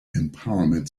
empowerment